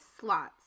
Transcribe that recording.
slots